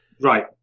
right